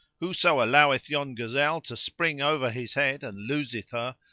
whoso alloweth yon gazelle to spring over his head and loseth her,